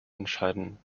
entscheiden